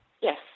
Yes